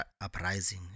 uprising